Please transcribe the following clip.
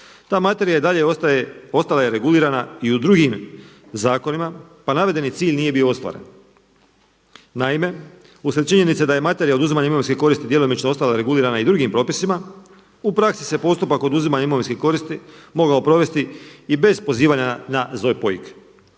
ta materija i dalje ostaje, ostala je regulirana i u drugim zakonima pa navedeni cilj nije bio ostvaren. Naime, uslijed činjenice da je materija oduzimanje imovinske koristi djelomično ostala regulirana i drugim propisima u praksi se postupak oduzimanja imovinske koristi mogao provesti i bez pozivanja na ZOPOIK